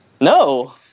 No